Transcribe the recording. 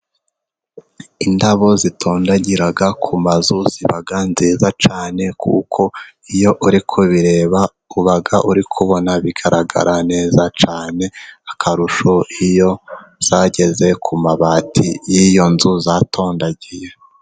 Indabo zitondagira ku mazu ziba nziza cyane kuko iyo uri kubireba uba uri kubona bigaragara neza cyane akarusho iyo zageze ku mabati y'iyo nzu zatondagiye.